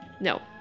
No